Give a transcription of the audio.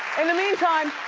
in the meantime,